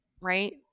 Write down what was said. right